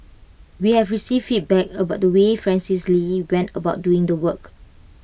we have received feedback about the way Francis lee went about doing the work